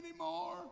anymore